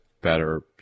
better